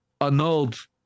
annulled